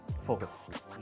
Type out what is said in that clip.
focus